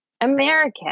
American